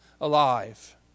alive